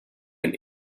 and